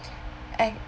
eh